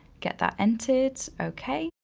get that entered, okay.